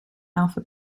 alpha